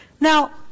Now